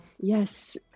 Yes